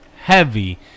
heavy